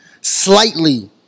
slightly